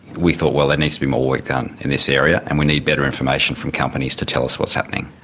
we thought, well there needs to be more work done in this area and we need better information from companies to tell us what is happening.